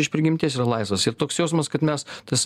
iš prigimties yra laisvas ir toks jausmas kad mes tas